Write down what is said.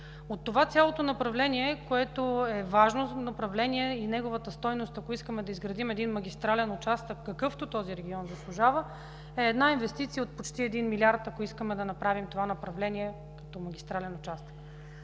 По това цялото направление, което е важно и неговата стойност, ако искаме да изградим един магистрален участък, какъвто този регион заслужава, е една инвестиция от почти един милиард, ако искаме да направим това направление като магистрален участък.